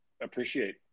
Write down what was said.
appreciate